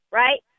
right